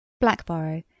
Blackborough